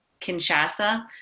Kinshasa